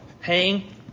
hang